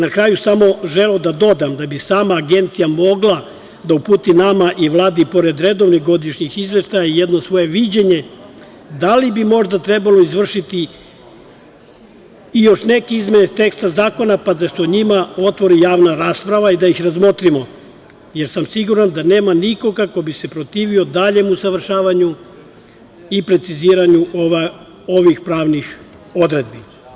Na kraju bih samo želeo dodam da bi sama Agencija mogla da uputi nama i Vladi pored redovnih godišnjih izveštaja jedno svoje viđenje da li bi možda trebalo izvršiti i još neke izmene teksta zakona, pa da se o njima otvori javna rasprava i da ih razmotrimo, jer sam siguran da nema nikoga ko bi se protivio daljem usavršavanju i preciziranju ovih pravnih odredbi.